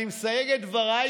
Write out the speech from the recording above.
אני מסייג את דבריי,